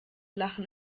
lachen